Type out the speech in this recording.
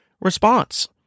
response